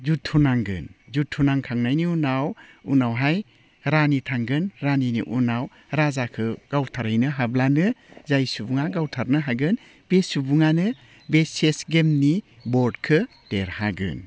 जुद्ध नांगोन जुद्ध नांखांनायनि उनाव उनावहाय रानि थांगोन रानिनि उनाव राजाखौ गावथारहैनो हाब्लानो जाय सुबुङा गावथारनो हागोन बे सुबुङानो बे चेस गेमनि बर्डखौ देरहागोन